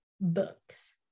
books